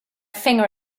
finger